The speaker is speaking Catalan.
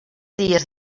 dies